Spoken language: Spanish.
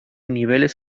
niveles